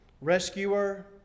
rescuer